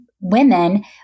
women